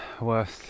Worst